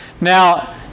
Now